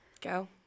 Go